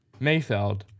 Mayfeld